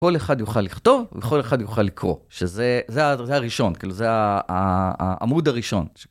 כל אחד יוכל לכתוב, וכל אחד יוכל לקרוא. שזה הראשון, כאילו, זה העמוד הראשון.